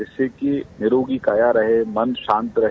जिससे कि निरोगी काया रहे मन शांत रहे